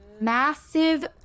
massive